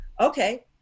Okay